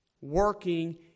working